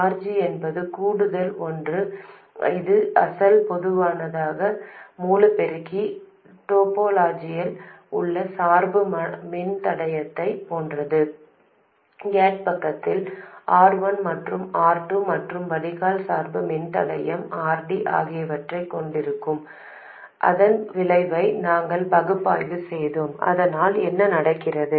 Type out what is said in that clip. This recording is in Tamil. RG என்பது கூடுதல் ஒன்று இது அசல் பொதுவான மூலப் பெருக்கி டோபாலஜியில் உள்ள சார்பு மின்தடையத்தைப் போன்றது கேட் பக்கத்தில் R1 மற்றும் R2 மற்றும் வடிகால் சார்பு மின்தடையம் RD ஆகியவற்றைக் கொண்டிருந்தோம் அதன் விளைவை நாங்கள் பகுப்பாய்வு செய்தோம் அதனால் என்ன நடக்கிறது